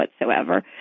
whatsoever